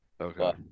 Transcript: Okay